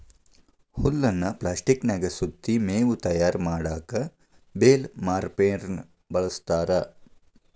ಹುಲ್ಲನ್ನ ಪ್ಲಾಸ್ಟಿಕನ್ಯಾಗ ಸುತ್ತಿ ಮೇವು ತಯಾರ್ ಮಾಡಕ್ ಬೇಲ್ ವಾರ್ಪೆರ್ನ ಬಳಸ್ತಾರ